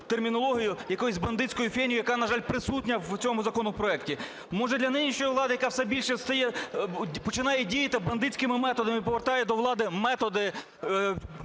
термінологію якоюсь бандитською "фенею", яка, на жаль, присутня в цьому законопроекті. Може, для нинішньої влади, яка все більше стає, починає діяти бандитськими методами і повертає до влади методи